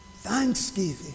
Thanksgiving